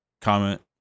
comment